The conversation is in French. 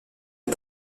est